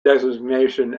designation